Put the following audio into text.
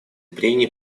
прений